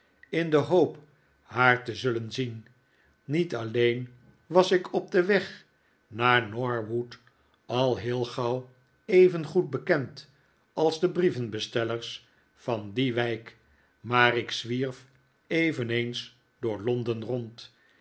in de hoop haar te zullen zien niet alleen was ik op den weg naar norwood al heel gauw evengoed bekend als de brievenbestellers van die wijk maar ik zwierf eyeneens door londen rond